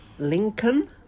Lincoln